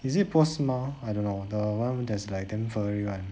is it 波斯猫 I don't know the one that is like damn furry [one]